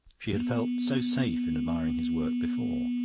she had felt so safe in admiring his work before.